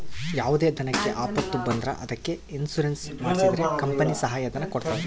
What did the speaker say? ಯಾವುದೇ ದನಕ್ಕೆ ಆಪತ್ತು ಬಂದ್ರ ಅದಕ್ಕೆ ಇನ್ಸೂರೆನ್ಸ್ ಮಾಡ್ಸಿದ್ರೆ ಕಂಪನಿ ಸಹಾಯ ಧನ ಕೊಡ್ತದ